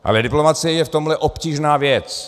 Ale diplomacie je v tomhle obtížná věc.